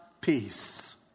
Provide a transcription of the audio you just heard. peace